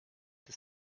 des